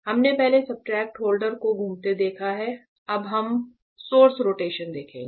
हमने पहले substrate holder को घूमते देखा है अब हम सोर्स रोटेशन देखेंगे